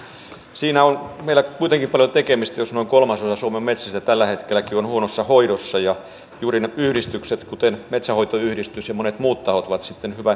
siinä on meillä kuitenkin paljon tekemistä jos noin kolmasosa suomen metsistä tällä hetkelläkin on huonossa hoidossa ja juuri yhdistykset kuten metsänhoitoyhdistys ja monet muut tahot ovat sitten